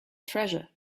treasure